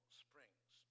springs